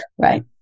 right